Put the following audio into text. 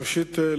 ראשית,